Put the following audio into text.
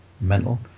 mental